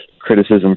criticism